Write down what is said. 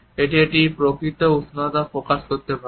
এটি একটি প্রকৃত উষ্ণতা প্রকাশ করতে পারে